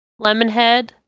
Lemonhead